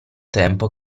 tempo